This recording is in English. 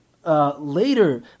Later